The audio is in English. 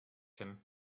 him